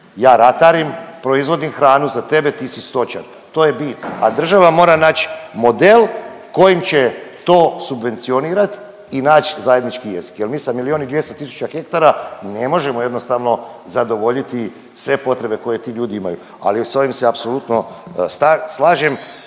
Ja ratarim, proizvodim hranu za tebe, ti si stočar, to je bit, a država mora naći model kojim će to subvencionirati i naći zajednički jezik jer mi sa milijun i 200 tisuća hektara ne možemo jednostavno zadovoljiti sve potrebe koje ti ljudi imaju, ali s ovim se apsolutno slažem,